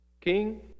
king